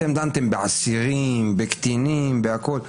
אתם דנתם באסירים, בקטינים, בהכול.